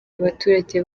abaturage